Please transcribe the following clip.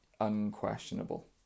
unquestionable